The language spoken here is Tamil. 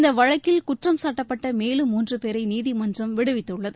இந்த வழக்கில் குற்றம்சாட்டப்பட்ட மேலும் மூன்று பேரை நீதிமன்றம் விடுவித்துள்ளது